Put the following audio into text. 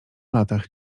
latach